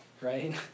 right